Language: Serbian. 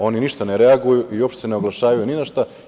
Oni ništa ne reaguju, uopšte se ne oglašavaju ni na šta.